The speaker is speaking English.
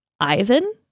ivan